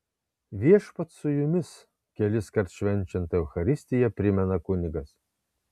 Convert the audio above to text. viešpats su jumis keliskart švenčiant eucharistiją primena kunigas